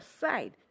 side